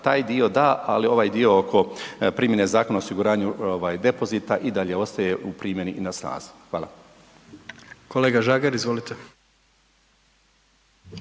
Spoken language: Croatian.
taj dio da, ali ovaj dio oko primjene Zakona o osiguranju ovaj depozita i dalje ostaje u primjeni i na snazi. Hvala. **Jandroković, Gordan